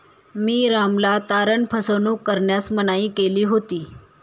मी रामला तारण फसवणूक करण्यास मनाई केली होती